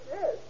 Yes